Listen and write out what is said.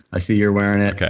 i see you're wearing it.